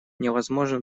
невозможно